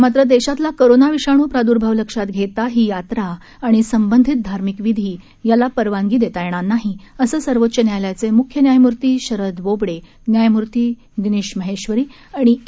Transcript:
मात्र देशातला कोरोना विषाणू प्राद्र्भाव लक्षात घेता ही यात्रा आणि संबंधित धार्मिक विधी यांना परवानगी देता येणार नाही असं सर्वोच्च न्यायलयाचे मुख्य न्यायमुर्ती शरद बोवडे न्यायमुर्ती दिनीश महेश्वरी आणि ए